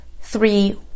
Three